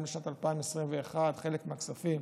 גם בשנת 2021 חלק מהכספים